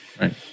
Right